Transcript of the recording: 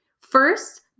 First